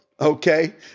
Okay